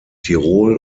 tirol